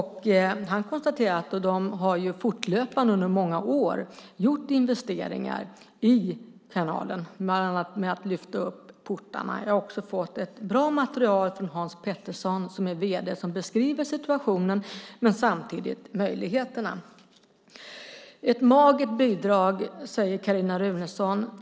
Han konstaterade att man fortlöpande under många år har gjort investeringar i kanalen, bland annat med att lyfta upp portarna. Jag har också fått ett bra material från Hans Petersson, som är vd, som beskriver situationen men samtidigt möjligheterna. Ett magert bidrag, säger Carin Runeson.